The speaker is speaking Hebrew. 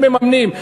הם מממנים.